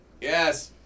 Yes